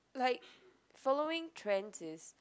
like following trends is